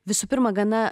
visų pirma gana